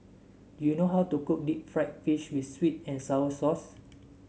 do you know how to cook Deep Fried Fish with sweet and sour sauce